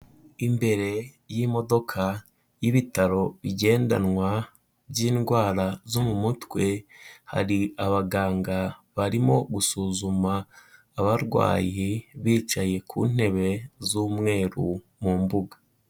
Imbere y'imodoka y'ibitaro bigendanwa by'indwara zo mu mutwe, hari abaganga barimo gusuzuma abarwayi bicaye ku ntebe z'umweru mu mbuga.